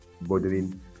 bordering